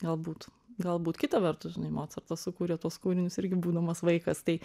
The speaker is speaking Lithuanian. galbūt galbūt kita vertus mocartas sukūrė tuos kūrinius irgi būdamas vaikas tai